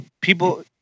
people